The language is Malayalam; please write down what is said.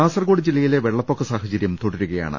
കാസർകോട് ജില്ലയിലെ വെള്ളപ്പൊക്ക സാഹചര്യം തുട രുകയാണ്